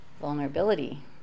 Vulnerability